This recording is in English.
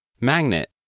Magnet